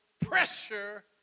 pressure